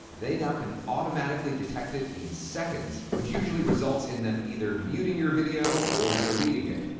they now can automatically detect it in seconds, which usually results in them either muting your video or deleting it.